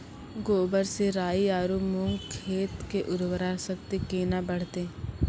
गोबर से राई आरु मूंग खेत के उर्वरा शक्ति केना बढते?